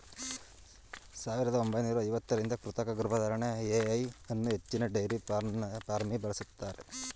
ಸಾವಿರದ ಒಂಬೈನೂರ ಐವತ್ತರಿಂದ ಕೃತಕ ಗರ್ಭಧಾರಣೆ ಎ.ಐ ಅನ್ನೂ ಹೆಚ್ಚಿನ ಡೈರಿ ಫಾರ್ಮ್ಲಿ ಬಳಸ್ತಾರೆ